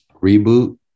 Reboot